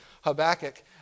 Habakkuk